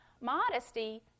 Modesty